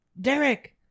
Derek